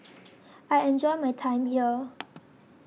I enjoy my time here